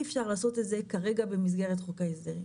אפשר לעשות את זה כרגע במסגרת חוק ההסדרים.